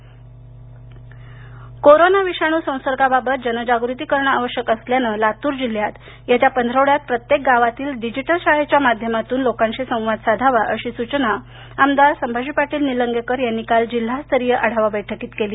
digital शाळा corona विषाणू संसर्गाबाबत जनजागृती करणं आवश्यक असल्यानं लातूर जिल्ह्यात येत्या पंधरवाड्यात प्रत्येक गावातील डिजीटल शाळेच्या माध्यमातून लोकांशी संवाद साधावा अशी सुचना आमदार संभाजी पाटील निलंगेकर यांनी काल जिल्हास्तरीय आढावा बैठकीत केली